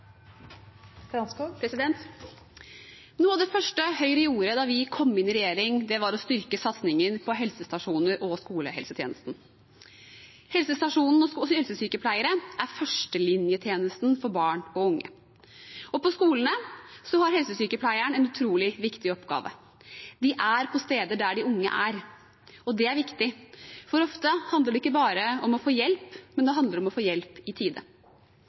Noe av det første Høyre gjorde da vi kom inn i regjering, var å styrke satsingen på helsestasjoner og skolehelsetjenesten. Helsestasjon og helsesykepleiere er førstelinjetjenesten for barn og unge, og på skolene har helsesykepleieren en utrolig viktig oppgave. De er på steder der de unge er, og det er viktig, for ofte handler det ikke bare om å få hjelp, men det handler om å få hjelp i tide.